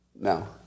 No